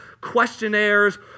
questionnaires